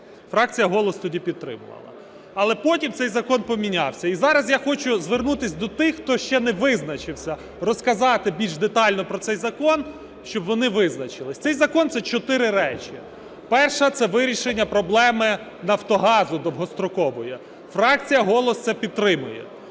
фракція "Голос" тоді підтримувала, але потім цей закон помінявся. І зараз я хочу звернутися до тих, хто ще не визначився, розказати більш детально про цей закон, щоб вони визначилися. Цей закон - це чотири речі. Перша - це вирішення проблеми "Нафтогазу" довгостроково. Фракція "Голос" це підтримує.